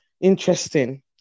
Interesting